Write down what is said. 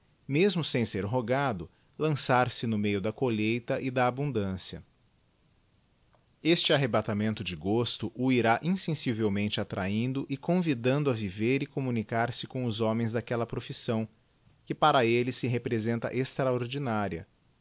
mesmo sem ser rogado lançar-se m ateio da colhia é da abúndskncia esto arrbatàménto de gosto ò irá ineshf digiti zedby google íié mente attrahindô e convidando a viter e comunicar-se com os homens daquella profissão que para eud m representa extraordinária